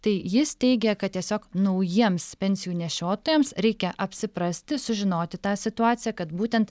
tai jis teigia kad tiesiog naujiems pensijų nešiotojams reikia apsiprasti sužinoti tą situaciją kad būtent